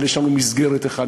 אבל יש לנו מסגרת אחת.